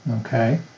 Okay